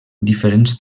diferents